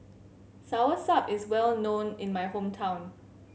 Soursop is well known in my hometown